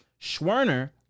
Schwerner